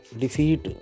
defeat